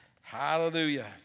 Hallelujah